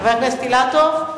חבר הכנסת אילטוב,